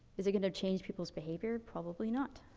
is it gonna change people's behaviour? probably not.